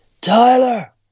tyler